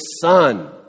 son